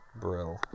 Brill